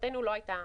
מבחינתנו לא הייתה